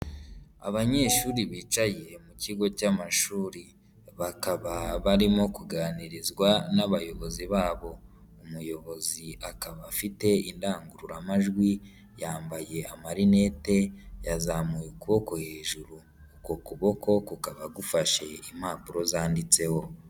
Abanyeshuri bicaye mu kigo cy'amashuri, bakaba barimo kuganirizwa n'abayobozi babo. umuyobozi akaba afite indangururamajwi, yambaye amarinete, yazamuye ukuboko hejuru, uko kuboko kukaba gufashe impapuro zanditseho.